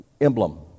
emblem